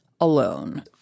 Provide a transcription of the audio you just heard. alone